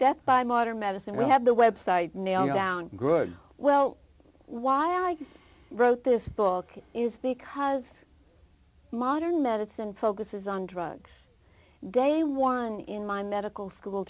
death by modern medicine we have the website name down good well why i wrote this book is because modern medicine focuses on drugs they won in my medical school